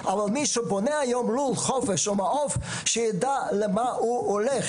אבל שמי שבונה לול חופש או מעוף יידע לאן הוא הולך,